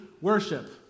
worship